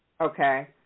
Okay